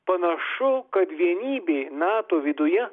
panašu kad vienybė nato viduje